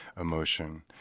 emotion